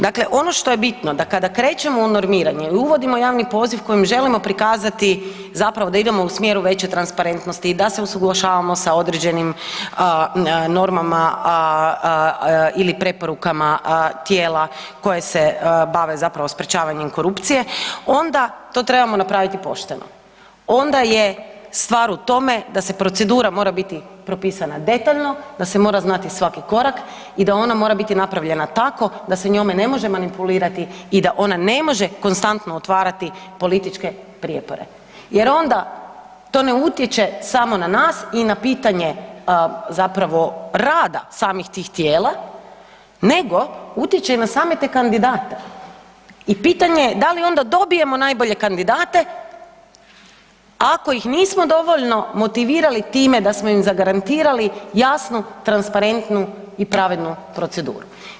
Dakle, ono što je bitno da kada krećemo u normiranje ili uvodimo javni poziv kojim želimo prikazati zapravo da idemo u smjeru veće transparentnosti, da se usuglašavamo sa određenim normama ili preporukama tijela koje se bave zapravo sprječavanjem korupcije onda to trebamo napraviti pošteno, onda je stvar u tome da se procedura mora biti propisano detaljno, da se mora znati svaki korak i da ona mora biti napravljena tako da se njome ne može manipulirati i da ona ne može konstantno otvarati političke prijepore jer onda to ne utječe samo na nas i na pitanje zapravo rada samih tih tijela nego utječe i na same te kandidate i pitanje je da li onda dobijemo najbolje kandidate ako ih nismo dovoljno motivirali time da smo im zagarantirali jasnu i transparentnu i pravednu proceduru.